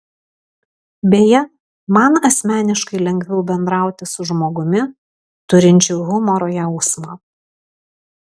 beje man asmeniškai lengviau bendrauti su žmogumi turinčiu humoro jausmą